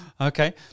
Okay